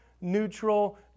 neutral